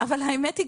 אבל האמת היא,